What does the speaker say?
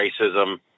racism